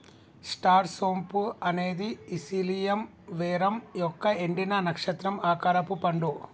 star సోంపు అనేది ఇలిసియం వెరమ్ యొక్క ఎండిన, నక్షత్రం ఆకారపు పండు